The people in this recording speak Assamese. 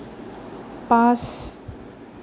পাঁচ